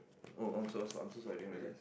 oh I'm so I'm so sorry I didn't realise